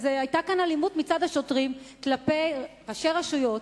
היתה כאן אלימות מצד השוטרים כלפי ראשי רשויות,